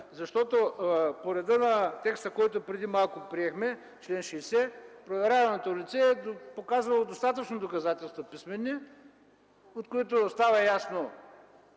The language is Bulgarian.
Защото по реда на текста, който преди малко приехме – чл. 60, проверяваното лице е показало достатъчно писмени доказателства, от които става ясно,